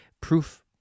proof